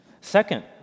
Second